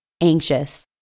anxious